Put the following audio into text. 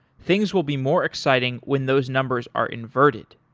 things will be more exciting when those numbers are inverted.